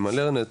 עם ה-Learn Net,